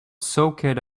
soaked